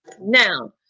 Now